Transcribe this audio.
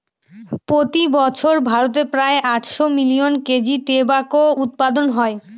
প্রতি বছর ভারতে প্রায় আটশো মিলিয়ন কেজি টোবাকো উৎপাদন হয়